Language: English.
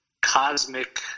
cosmic